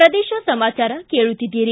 ಪ್ರದೇಶ ಸಮಾಚಾರ ಕೇಳುತ್ತಿದ್ದಿರಿ